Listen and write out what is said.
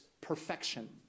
perfection